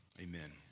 Amen